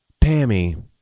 Pammy